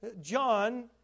John